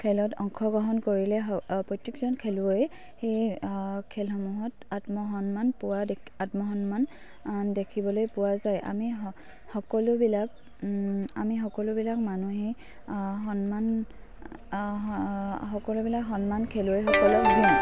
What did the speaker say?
খেলত অংশগ্ৰহণ কৰিলে প্ৰত্যেকজন খেলুৱৈ সেই খেলসমূহত আত্মসন্মান পোৱা আত্মসন্মান দেখিবলৈ পোৱা যায় আমি সকলোবিলাক আমি সকলোবিলাক মানুহেই সন্মান সকলোবিলাক সন্মান খেলুৱৈ